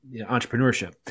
entrepreneurship